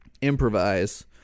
improvise